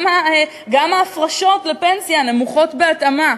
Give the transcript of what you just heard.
גם ההפרשות לפנסיות נמוכות בהתאמה.